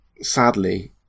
sadly